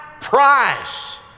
price